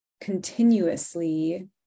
continuously